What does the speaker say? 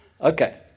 Okay